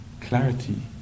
clarity